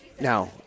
now